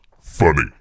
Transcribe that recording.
funny